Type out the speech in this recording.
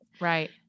right